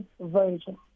version